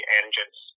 engines